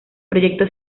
proyecto